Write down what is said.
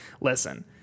listen